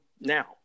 now